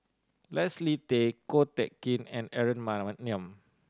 Leslie Tay Ko Teck Kin and Aaron Maniam